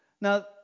Now